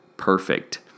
Perfect